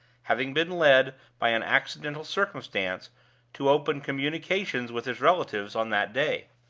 having been led by an accidental circumstance to open communications with his relatives on that day.